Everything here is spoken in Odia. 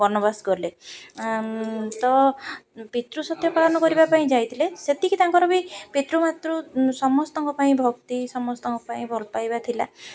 ବନବାସ ଗଲେ ତ ପିତୃ ସତ୍ୟ ପାଳନ କରିବା ପାଇଁ ଯାଇଥିଲେ ସେତିକି ତାଙ୍କର ବି ପିତୃ ମାତୃ ସମସ୍ତଙ୍କ ପାଇଁ ଭକ୍ତି ସମସ୍ତଙ୍କ ପାଇଁ ଭଲ ପାଇବା ଥିଲା